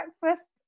breakfast